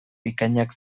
bikainak